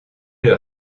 leur